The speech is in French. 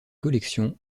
collection